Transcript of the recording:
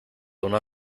una